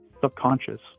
subconscious